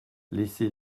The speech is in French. laissez